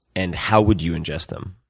and how would you ingest them?